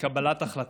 מקבלת החלטות.